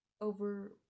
over